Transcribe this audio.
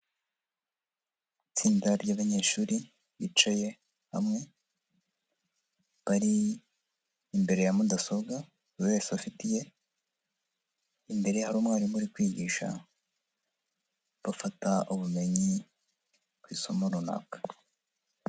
Itsinda ry'abanyeshuri bicaye hamwe, bari imbere ya mudasobwa buri wese afite iye, imbere hari umwarimu uri kwigisha, bafata ubumenyi ku isomo runaka.